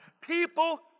People